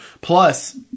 plus